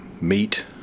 meet